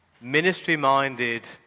ministry-minded